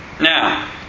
now